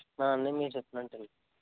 అన్నీ మీరు చెప్పినట్టేనండి